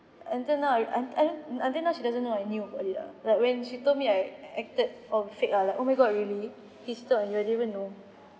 until now I I don't until now she doesn't know I knew about it ah like when she told me I acted or fake ah like oh my god really he cheated on I didn't know